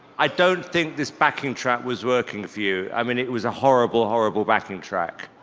i don't think this backing track was working with you. i mean, it was a horrible horrible backing track